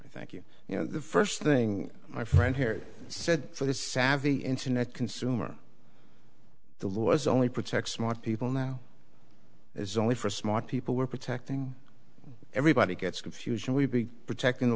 thank you you know the first thing my friend here said for this savvy internet consumer the laws only protect smart people now is only for smart people we're protecting everybody gets confusion we've been protecting